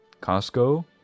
Costco